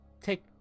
take